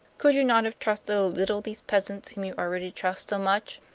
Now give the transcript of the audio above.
could you not have trusted a little these peasants whom you already trust so much?